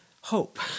hope